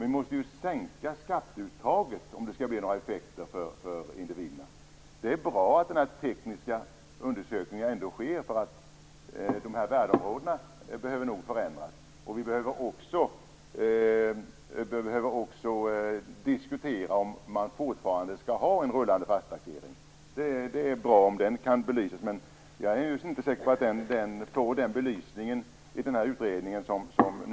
Vi måste ju sänka skatteuttaget om det skall bli några effekter för individerna. Det är bra att den tekniska undersökningen sker. Värdeområdena behöver nog förändras. Vi behöver också diskutera om man fortfarande skall ha en rullande fastighetstaxering. Det är bra om den kan belysas. Men jag är inte säker på att den får den belysningen i den här utredningen.